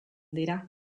dira